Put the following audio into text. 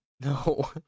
No